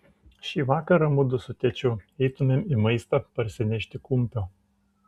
šį vakarą mudu su tėčiu eitumėm į maistą parsinešti kumpio